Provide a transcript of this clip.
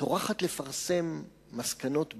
טורחת לפרסם מסקנות ביניים,